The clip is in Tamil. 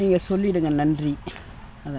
நீங்கள் சொல்லிவிடுங்க நன்றி அதுதான்